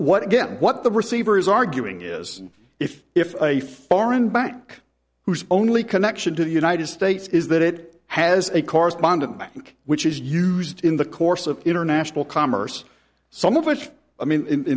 what again what the receiver is arguing is if if a foreign bank whose only connection to the united states is that it has a correspondent bank which is used in the course of international commerce some of which i mean in